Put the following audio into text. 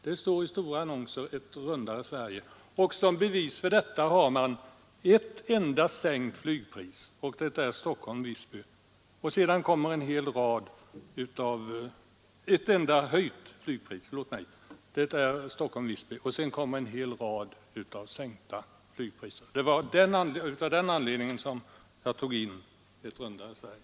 Där står det att man medverkar till ”ett rundare Sverige”, och som bevis anförs ett enda höjt flygpris, nämligen Stockholm-—-Visby, och sedan en hel rad sänkta flygpriser. Det var av den anledningen som jag förde in begreppet ”ett rundare Sverige” i den här debatten.